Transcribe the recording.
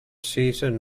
season